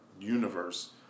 universe